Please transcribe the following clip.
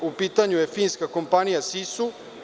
U pitanju je finska kompanija SISU.